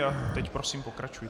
A teď prosím pokračujte.